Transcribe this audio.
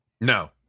no